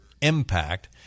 Impact